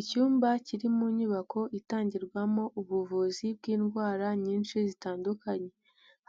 Icyumba kiri mu nyubako itangirwamo ubuvuzi bw'indwara nyinshi zitandukanye,